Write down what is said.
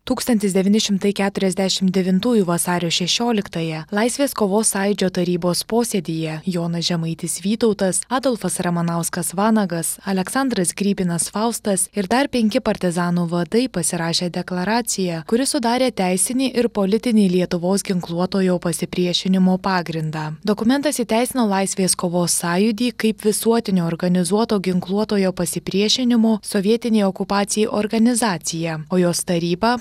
tūkstantis devyni šimtai keturiasdešimt devintųjų vasario šešioliktąją laisvės kovos sąjūdžio tarybos posėdyje jonas žemaitis vytautas adolfas ramanauskas vanagas aleksandras grybinas faustas ir dar penki partizanų vadai pasirašė deklaraciją kuri sudarė teisinį ir politinį lietuvos ginkluotojo pasipriešinimo pagrindą dokumentas įteisino laisvės kovos sąjūdį kaip visuotinio organizuoto ginkluotojo pasipriešinimo sovietinei okupacijai organizaciją o jos tarybą